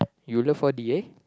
you look for D_A